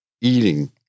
eating